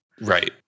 right